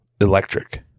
electric